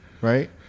right